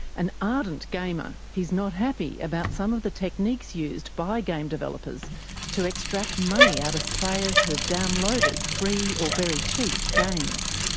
an ardent gamer, he is not happy about some of the techniques used by game developers to extract money out of players who've downloaded free or very cheap games.